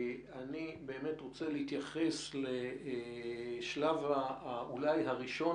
אני באמת רוצה להתייחס לשלב אולי הראשון,